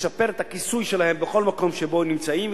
לשפר את הכיסוי שלהם בכל מקום שבו הם נמצאים,